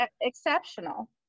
exceptional